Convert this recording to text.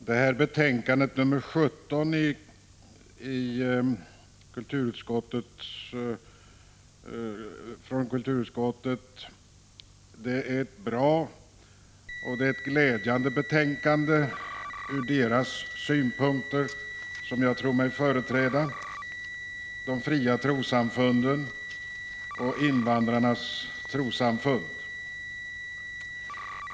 Herr talman! Kulturutskottets betänkande 17 är ett bra och glädjande betänkande från deras synpunkter som jag tror mig företräda: de fria trossamfunden och invandrarnas trossamfund.